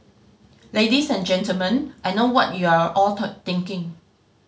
Ladies and Gentlemen I know what you're all thinking